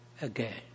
again